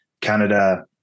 Canada